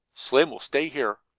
slim will stay here.